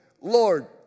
Lord